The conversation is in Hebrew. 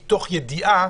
מתוך ידיעה